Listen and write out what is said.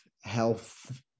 health